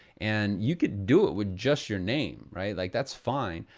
and you could do it with just your name, right? like that's fine.